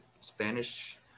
Spanish